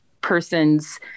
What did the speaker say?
person's